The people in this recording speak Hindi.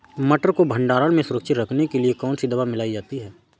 मटर को भंडारण में सुरक्षित रखने के लिए कौन सी दवा मिलाई जाती है?